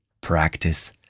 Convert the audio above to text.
practice